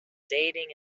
dating